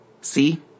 see